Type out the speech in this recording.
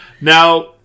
Now